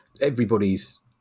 everybody's